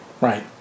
right